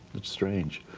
it's strange.